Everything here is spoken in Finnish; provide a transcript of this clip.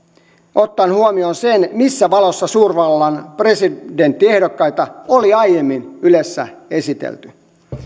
ottaen huomioon sen missä valossa suurvallan presidenttiehdokkaita oli aiemmin ylessä esitelty